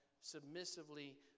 submissively